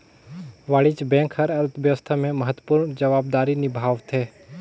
वाणिज्य बेंक हर अर्थबेवस्था में महत्वपूर्न जवाबदारी निभावथें